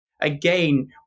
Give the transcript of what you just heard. Again